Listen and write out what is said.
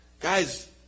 Guys